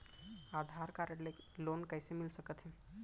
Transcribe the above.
आधार card ले loan कइसे मिलिस सकत हे?